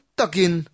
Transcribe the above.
takin